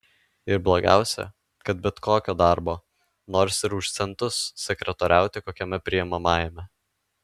ir blogiausia kad bet kokio darbo nors ir už centus sekretoriauti kokiame priimamajame